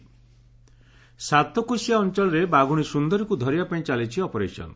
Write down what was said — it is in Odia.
ସ୍ପନ୍ଦରୀ ସାତକୋଶିଆ ଅଅଳରେ ବାଘୁଶୀ ସୁନ୍ଦରୀକୁ ଧରିବା ପାଇଁ ଚାଲିଛି ଅପରେସନ୍